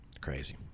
Crazy